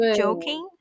joking？